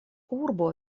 urbo